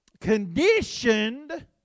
conditioned